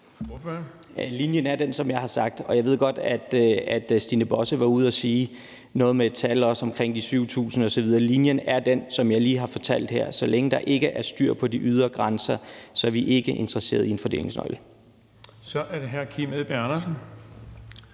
Linjen er den, som jeg har sagt, og jeg ved godt, at Stine Bosse var ude at sige noget med et tal omkring de 7.000 osv. Linjen er den, som jeg lige har fortalt her, at så længe, der ikke er styr på de ydre grænser, er vi ikke interesseret i en fordelingsnøgle. Kl. 19:30 Den fg. formand